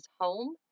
home